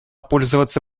пользоваться